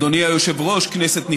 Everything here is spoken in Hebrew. אדוני היושב-ראש, כנסת נכבדה,